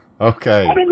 Okay